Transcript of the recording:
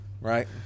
right